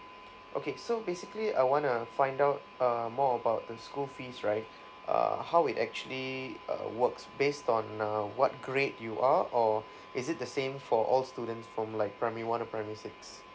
okay so basically I want to find out um more about the school fees right err how it actually err works based on uh what grade you are or is it the same for all students from like primary one to primary six